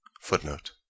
Footnote